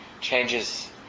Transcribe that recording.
changes